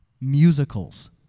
musicals